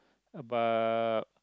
about